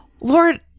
Lord